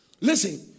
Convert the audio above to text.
Listen